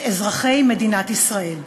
את אזרחי מדינת ישראל.